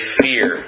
fear